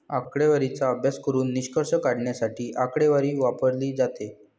आकडेवारीचा अभ्यास करून निष्कर्ष काढण्यासाठी आकडेवारी वापरली जाते